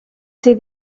see